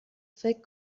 فکر